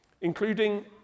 including